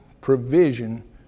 provision